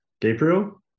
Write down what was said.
Gabriel